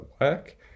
work